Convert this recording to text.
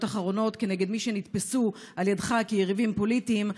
אחרונות כנגד מי שנתפסו על ידך כיריבים פוליטיים,